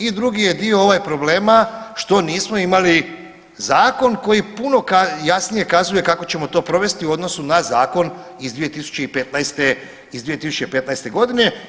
I drugi je dio ovaj problema što nismo imali zakon koji puno jasnije kazuje kako ćemo to provesti u odnosu na zakon iz 2015. godine.